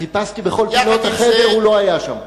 חיפשתי בכל פינות החדר, והוא לא היה שם.